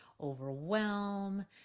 overwhelm